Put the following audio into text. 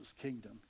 kingdom